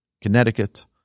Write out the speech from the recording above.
Connecticut